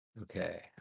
Okay